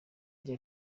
rya